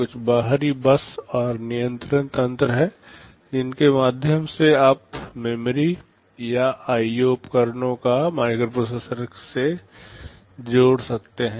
कुछ बाहरी बस और नियंत्रण तंत्र हैं जिनके माध्यम से आप मेमोरी या आईओ उपकरणों को माइक्रोप्रोसेसर से जोड़ सकते हैं